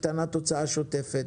קטנת ההוצאה השוטפת.